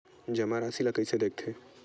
जमा राशि ला कइसे देखथे?